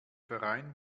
verein